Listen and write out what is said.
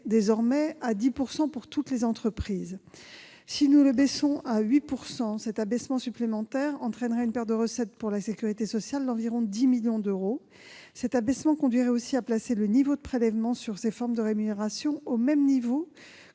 désormais à 10 % pour toutes les entreprises. Si ce taux est ramené à 8 %, cet abaissement supplémentaire entraînerait une perte de recettes pour la sécurité sociale d'environ 10 millions d'euros. Il conduirait aussi à placer le taux de prélèvement sur ces formes de rémunération au même niveau